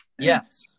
Yes